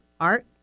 Art